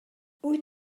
wyt